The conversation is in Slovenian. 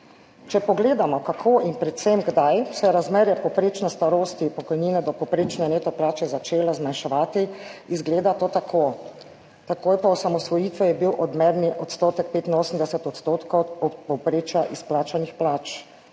Če pogledamo kako in predvsem kdaj se je razmerje povprečne starosti pokojnine do povprečne neto plače začelo zmanjševati, izgleda to tako. Takoj po osamosvojitvi je bil odmerni odstotek 85 odstotkov od povprečja izplačanih plač,